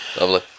Lovely